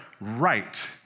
right